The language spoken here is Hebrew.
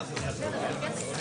15:59.